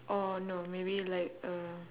or no maybe like a